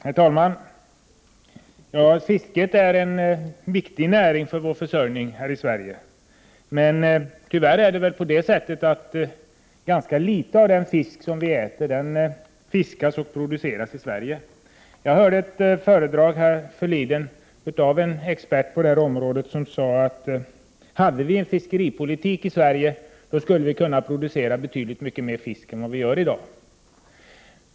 Herr talman! Fisket är en viktig näring för vår försörjning här i Sverige. Tyvärr fiskas och produceras den fisk vi äter i ganska liten utsträckning i Sverige. Jag hörde ett föredrag härförleden av en expert på detta område som sade att om vi hade en annan fiskeripolitik här i Sverige, skulle vi kunna producera betydligt mycket mer fisk än i dag.